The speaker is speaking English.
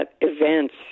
events